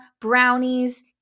brownies